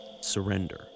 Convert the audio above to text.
Surrender